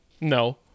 No